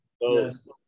yes